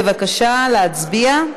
בבקשה להצביע.